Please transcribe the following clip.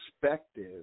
perspective